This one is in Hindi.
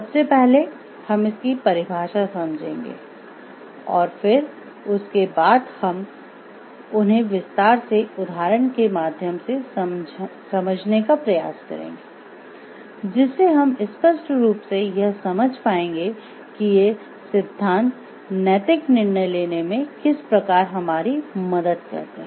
सबसे पहले हम इसकी परिभाषा समझेंगे और फिर उसके बाद हम उन्हें विस्तार से उदाहरण के माध्यम से समझने का प्रयास करेंगे जिससे हम स्पष्ट रूप से यह समझ पाएंगे कि ये सिद्धांत नैतिक निर्णय लेने में किस प्रकार हमारी मदद करते हैं